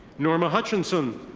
norma hutchinson.